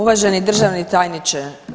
Uvaženi državni tajniče.